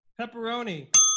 pepperoni